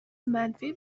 منفی